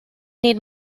need